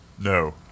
No